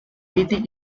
eating